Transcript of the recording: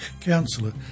Councillor